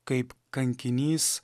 kaip kankinys